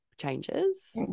Changes